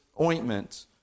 ointment